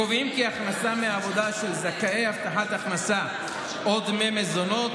קובעים כי הכנסה מעבודה של זכאי הבטחת הכנסה או דמי מזונות